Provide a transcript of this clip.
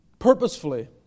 Purposefully